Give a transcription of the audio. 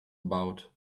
about